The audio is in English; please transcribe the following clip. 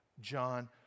John